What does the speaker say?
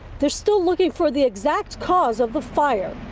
they're still looking for the exact cause of the fire.